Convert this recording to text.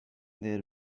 their